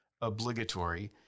obligatory